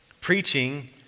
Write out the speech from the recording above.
preaching